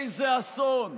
איזה אסון,